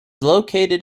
located